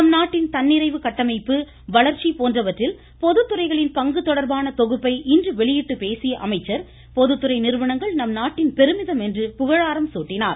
நம்நாட்டின் தன்னிறைவு கட்டமைப்பு வளர்ச்சி போன்றவற்றில் பொதுத்துறைகளின் பங்கு தொடர்பான தொகுப்பை இன்று வெளியிட்டு பேசிய அமைச்சர் பொதுத்துறை நிறுவனங்கள் நம்நாட்டின் பெருமிதம் என்று புகழாரம் சூட்டினார்